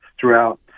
throughout